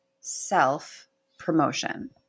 self-promotion